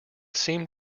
seemed